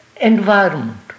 environment